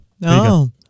No